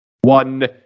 One